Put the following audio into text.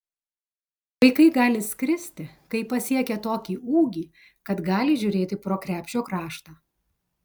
vaikai gali skristi kai pasiekia tokį ūgį kad gali žiūrėti pro krepšio kraštą